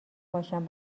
باشم